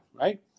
right